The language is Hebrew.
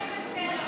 חבר הכנסת פרי,